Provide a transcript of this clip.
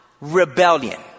rebellion